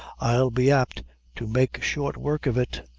i'll be apt to make short work of it.